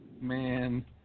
Man